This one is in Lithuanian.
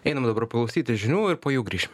einame dabar klausytis žinių ir po jų grįšim